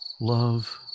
love